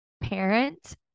parent